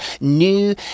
new